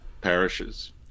parishes